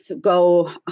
go